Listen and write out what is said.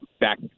back